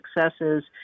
successes